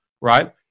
right